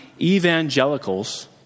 evangelicals